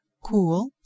Cool